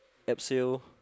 abseil